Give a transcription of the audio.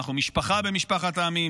אנחנו משפחה במשפחת העמים,